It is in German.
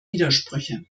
widersprüche